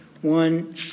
one